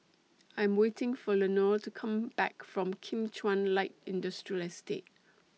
I Am waiting For Lenore to Come Back from Kim Chuan Light Industrial Estate